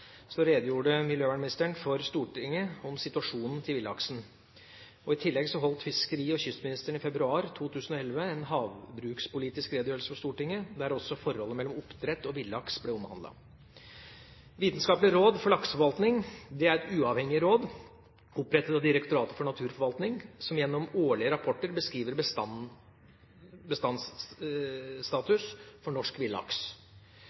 redegjorde miljøvernministeren for Stortinget om situasjonen til villaksen. I tillegg holdt fiskeri- og kystministeren i februar 2011 en havbrukspolitisk redegjørelse for Stortinget, der også forholdet mellom oppdrett og villaks ble omhandlet. Vitenskapelig råd for lakseforvaltning er et uavhengig råd opprettet av Direktoratet for naturforvaltning, som gjennom årlige rapporter beskriver bestandsstatus for norsk villaks,